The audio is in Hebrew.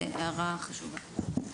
הערה חשובה.